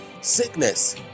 sickness